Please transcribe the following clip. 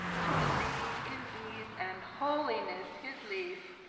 to lead in ease and holiness his life